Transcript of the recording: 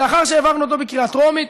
ולאחר שהעברנו אותו בקריאה טרומית